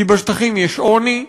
כי בשטחים יש עוני,